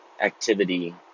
activity